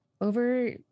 over